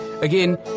Again